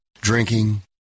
Drinking